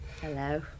Hello